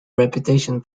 reputation